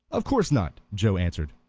of course not, joe answered.